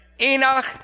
Enoch